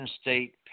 State